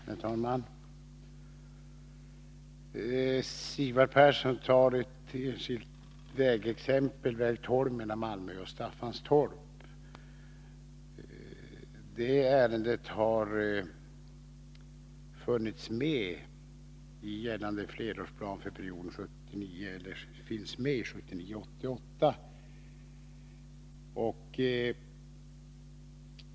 Nr 134 Herr talman! Sigvard Persson tar som exempel väg 12 mellan Malmö och Fredagen den Staffanstorp. Det ärende som berör den vägen finns med i gällande 29 april 1983 flerårsplan för perioden 1979-1988.